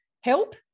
help